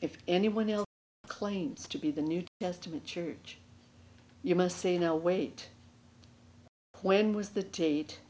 if anyone claims to be the new testament church you must say no wait when was the date